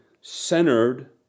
centered